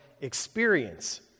experience